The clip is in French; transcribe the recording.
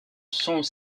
sont